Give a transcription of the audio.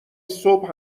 صبح